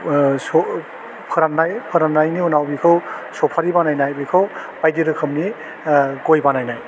ओह स' फोरान्नाय फोरानबायनि उनाव बिखौ सुपारी बानायनाय बेखौ बायदि रोखोमनि ओह गय बानायनाय